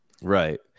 Right